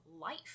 life